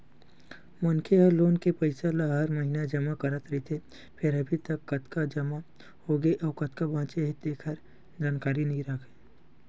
मनखे ह लोन के पइसा ल हर महिना जमा करत रहिथे फेर अभी तक कतका जमा होगे अउ कतका बाचे हे तेखर जानकारी नइ राखय